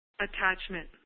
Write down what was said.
attachment